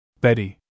Betty